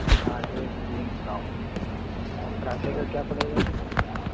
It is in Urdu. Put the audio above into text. ساڑھے تین سو اور پراٹھے کا کیا پڑے گا سر